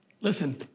listen